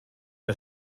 que